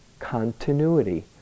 continuity